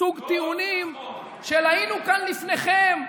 סוג טיעונים של "היינו כאן לפניכם"